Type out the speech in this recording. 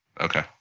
Okay